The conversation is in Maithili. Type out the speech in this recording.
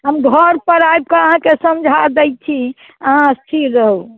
हम घर पर आबि कऽ अहाँके समझा दय छी अहाँ स्थिर रहूँ